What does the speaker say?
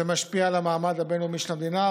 זה משפיע על המעמד הבין-לאומי של המדינה,